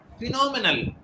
Phenomenal